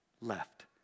left